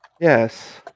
Yes